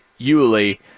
Yuli